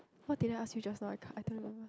what did I ask you just now I can't I don't know